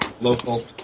local